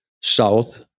south